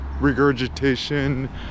regurgitation